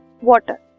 water